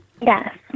Yes